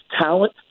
talent